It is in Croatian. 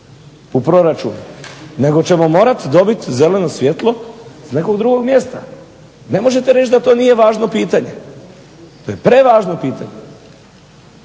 u proračun, nego ćemo morati dobiti zeleno svjetlo iz nekog drugog mjesta. Ne možete reći da to nije važno pitanje. To je prevažno pitanje,